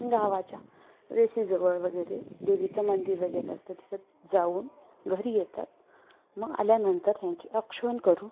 गावाच्या वेशीजवळ वगैरे देवीचं मंदिर वगैरे असतं तिथं जाऊन घरी येतात मग आल्यानंतर त्यांचे औक्षण करून